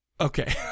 Okay